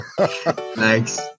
Thanks